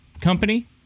company